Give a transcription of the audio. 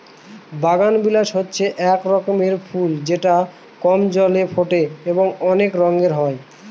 বাগানবিলাস হচ্ছে এক রকমের ফুল যেটা কম জলে ফোটে এবং অনেক রঙের হয়